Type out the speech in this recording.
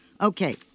Okay